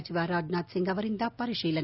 ಸಚಿವ ರಾಜನಾಥ್ ಸಿಂಗ್ ಅವರಿಂದ ಪರಿಶೀಲನೆ